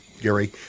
Gary